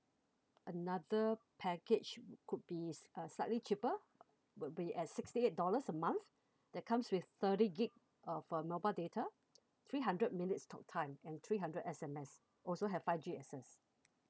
another package could be s~ uh slightly cheaper will be at sixty eight dollars a month that comes with thirty gig of uh mobile data three hundred minutes talk time and three hundred S_M_S also have five G access